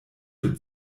für